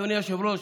אדוני היושב-ראש,